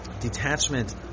detachment